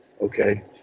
Okay